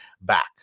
back